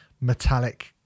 metallic